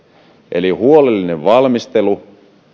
eli huolellinen valmistelu